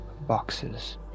boxes